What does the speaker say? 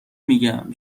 میگم